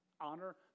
honor